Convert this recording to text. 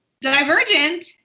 divergent